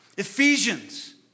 Ephesians